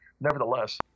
nevertheless